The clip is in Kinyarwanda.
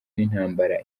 n’intambara